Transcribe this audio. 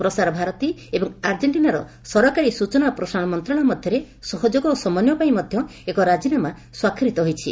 ପ୍ରସାରଭାରତୀ ଏବଂ ଆର୍ଜେଣ୍ଟିନାର ସରକାରୀ ସୂଚନା ଓ ପ୍ରସାରଣ ମନ୍ତ୍ରଣାଳୟ ମଧ୍ୟରେ ସହଯୋଗ ଓ ସମନ୍ୱୟ ପାଇଁ ମଧ୍ୟ ଏକ ରାଜିନାମା ସ୍ୱାକ୍ଷରିତ ହୋଇଛି